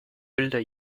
bilder